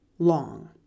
long